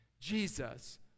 Jesus